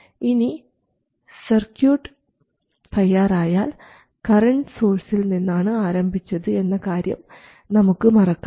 ഇനി സർക്യൂട്ട് തയ്യാറായാൽ കറൻറ് സോഴ്സിൽ നിന്നാണ് ആരംഭിച്ചത് എന്ന കാര്യം നമുക്ക് മറക്കാം